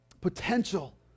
potential